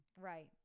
Right